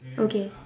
okay